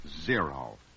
Zero